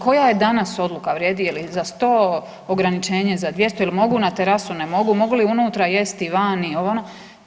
Koja je danas odluka, vrijedi li za 100, ograničenje za 200, jel mogu na terasu, ne mogu, mogu li unutra jesti, vani, ovo, ono.